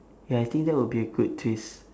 ya I think that will be a good twist